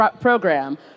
program